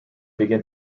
begin